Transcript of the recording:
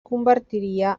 convertiria